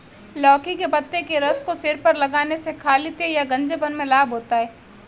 लौकी के पत्ते के रस को सिर पर लगाने से खालित्य या गंजेपन में लाभ होता है